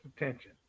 attention